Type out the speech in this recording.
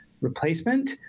replacement